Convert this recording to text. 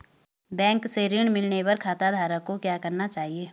Bank से ऋण मिलने पर खाताधारक को क्या करना चाहिए?